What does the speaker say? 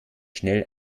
schnell